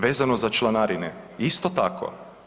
Vezano za članarine, isto tako.